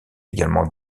également